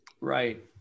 Right